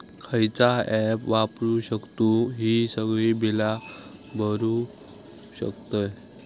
खयचा ऍप वापरू शकतू ही सगळी बीला भरु शकतय?